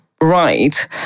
right